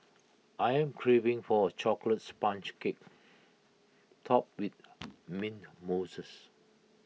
I am craving for A Chocolates Sponge Cake Topped with mint